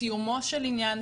בסיומו של עניין,